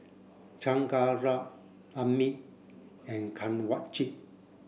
Chengara Amit and Kanwaljit